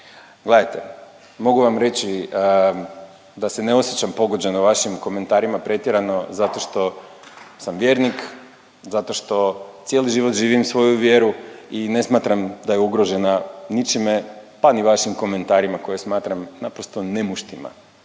Gledajte, mogu vam reći da se ne osjećam pogođeno vašim komentarima pretjerano zato što sam vjernik, zato što cijeli život živim svoju vjeru i ne smatram da je ugrožena ničime, pa ni vašim komentarima koje smatram naprosto nemuštima.